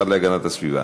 השר להגנת הסביבה.